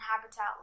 habitat